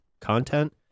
content